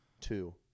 two